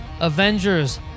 Avengers